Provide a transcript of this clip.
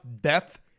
depth